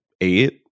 eight